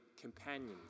companions